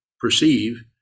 perceive